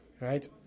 right